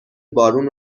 بارون